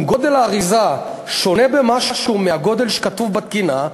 אם גודל האריזה שונה במשהו מהגודל שכתוב בתקינה,